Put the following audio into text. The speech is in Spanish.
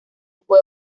puede